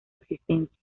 existencia